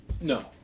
No